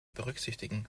berücksichtigen